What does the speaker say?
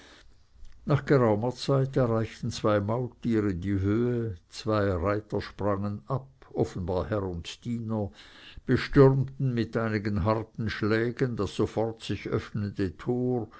nach geraumer zeit erreichten zwei maultiere die höhe zwei reiter sprangen ab offenbar herr und diener bestürmten mit einigen harten schlägen das sofort sich öffnende tor